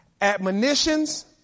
admonitions